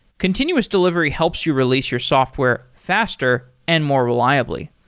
continuous delivery helps you release your software faster and more reliably.